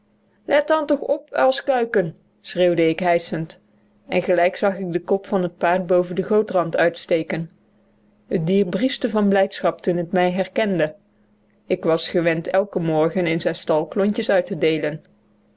let dan toch op uilskuiken schreeuwde ik hijschend en gelijk zag ik den kop van het paard boven den gootrand uitsteken het dier brieschte van blijdschap toen het mij herkende ik was gewend eiken morgen in zijn stal klontjes uit te deelen